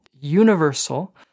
universal